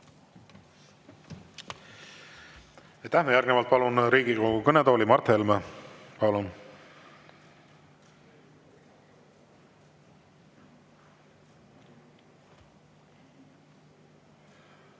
Aitäh! Järgnevalt palun Riigikogu kõnetooli Mart Helme.